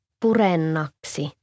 purennaksi